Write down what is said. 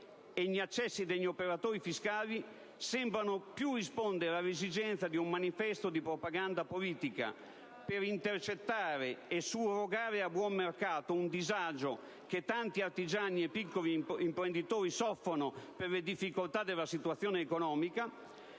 e gli accessi degli operatori fiscali sembrano più rispondere all'esigenza di un manifesto di propaganda politica per intercettare e surrogare a buon mercato un disagio che tanti artigiani e piccoli imprenditori soffrono per le difficoltà della situazione economica,